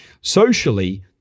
socially